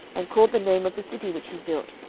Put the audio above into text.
and called the name of the city which he built,